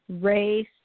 race